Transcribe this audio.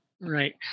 Right